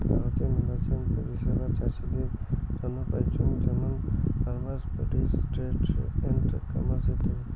ভারতে মেলাছেন পরিষেবা চাষীদের তন্ন পাইচুঙ যেমন farmer produce trade and commerce ইত্যাদি